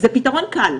זה פתרון קל,